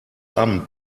amt